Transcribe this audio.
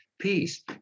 peace